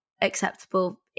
acceptable